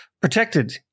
protected